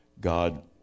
God